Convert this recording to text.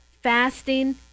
fasting